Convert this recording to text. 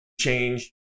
change